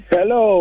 Hello